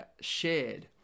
shared